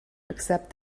accept